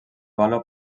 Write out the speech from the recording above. vàlua